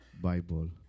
Bible